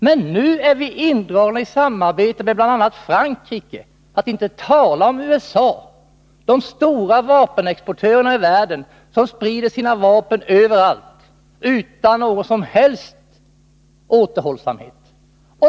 Men nu är vi indragna i samarbete med bl.a. Frankrike, för att inte tala om USA, de stora vapenexportörerna i världen, som sprider sina vapen överallt utan någon som helst återhållsamhet.